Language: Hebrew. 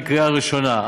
לקריאה ראשונה.